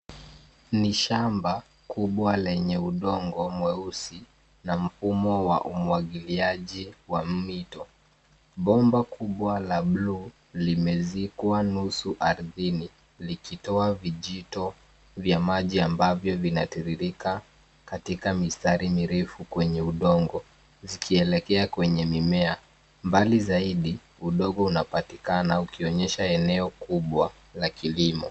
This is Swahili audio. Ni shamba kubwa lenye udongo mweusi na mfumo wa umwagiliaji wa mito. Bomba kubwa la bluu limezikwa nusu ardhini likitoa vijito vya maji ambavyo vinatiririka katika mistari mirefu kwenye udongo zikielekea kwenye mimea mbali zaidi udongo unapatikana ukionyesha eneo kubwa la kilimo.